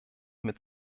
mit